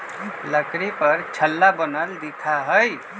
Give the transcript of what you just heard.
लकड़ी पर छल्ला बनल दिखा हई